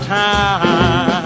time